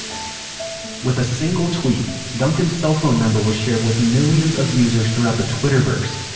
with a single tweet, duncan's cell phone number was shared with millions of users throughout the twitterverse.